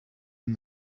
and